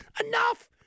Enough